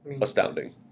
astounding